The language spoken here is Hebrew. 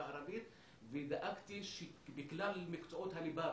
הערבית ודאגתי שבכלל מקצועות הליבה,